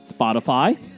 Spotify